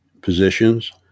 positions